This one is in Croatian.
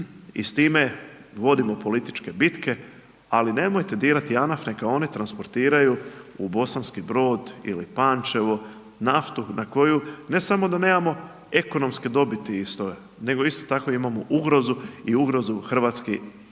I s time vodimo političke bitke. Ali nemojte dirati JANAF neka oni transportiraju u Bosanski brod ili Pančevo naftu na koju ne samo da nemamo ekonomske dobiti iz toga nego isto tako imamo ugrozu i ugrozu hrvatskih